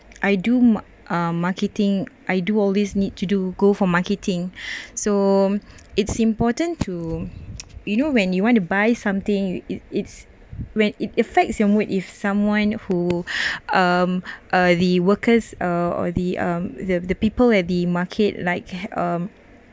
I do mar~ uh marketing I do all these need to do go for marketing so it's important to you know when you want to buy something it's it's when it affects your mood if someone who um the workers uh or the um the the people at the market like um